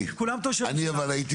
אני הייתי